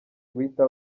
guhita